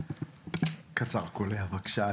קצר וקולע בבקשה,